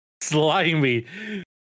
slimy